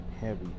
heavy